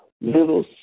little